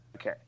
Okay